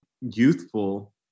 youthful